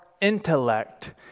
intellect